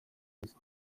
gusa